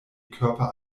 körper